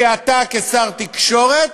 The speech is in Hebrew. אתה, כשר התקשורת,